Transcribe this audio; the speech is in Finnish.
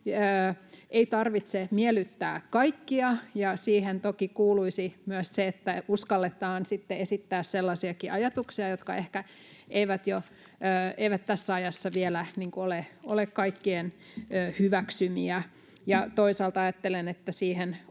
Ei tarvitse miellyttää kaikkia. Siihen toki kuuluisi myös se, että uskalletaan esittää sellaisiakin ajatuksia, jotka ehkä eivät tässä ajassa vielä ole kaikkien hyväksymiä. Toisaalta ajattelen, että siihen